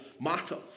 matters